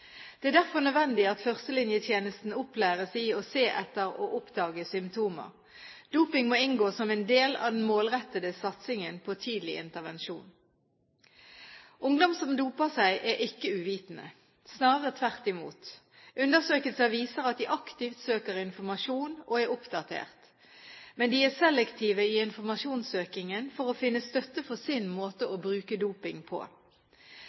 Det er derfor nødvendig at førstelinjetjenesten opplæres i å se etter og oppdage symptomer. Doping må inngå som en del av den målrettede satsingen på tidlig intervensjon. Ungdom som doper seg, er ikke uvitende – snarere tvert imot. Undersøkelser viser at de aktivt søker informasjon og er oppdatert. Men de er selektive i informasjonssøkingen for å finne støtte for sin måte å bruke doping på.